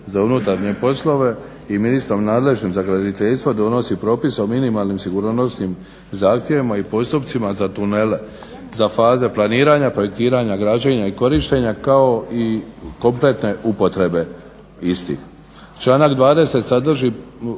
za unutarnje poslove i ministrom nadležnim za graditeljstvo donosi propise o minimalnim sigurnosnim zahtjevima i postupcima za tunele, za faze planiranja, projektiranja, građenja i korištenja, kao i kompletne upotrebe istih. Članak 20. sadrži